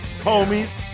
homies